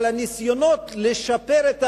אבל הניסיונות לשפר את העמדות,